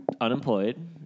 unemployed